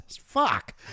Fuck